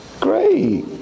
Great